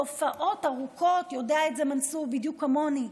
תופעות ארוכות, יודע את זה, מנסור, בדיוק כמוני,